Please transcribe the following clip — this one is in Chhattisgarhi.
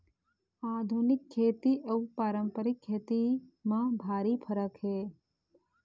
आधुनिक खेती अउ पारंपरिक खेती म भारी फरक हे